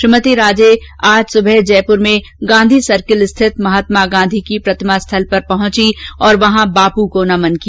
श्रीमती राजे आज सुबह जयपुर में गांधी सर्किल स्थित महात्मा गांधी की प्रतिमा स्थल पर बापू को नमन किया